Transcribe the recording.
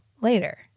later